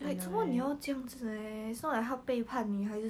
thousands of dollars just cause he can be in the same